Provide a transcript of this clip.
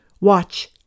Watch